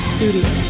Studios